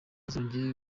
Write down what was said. zongeye